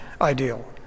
ideal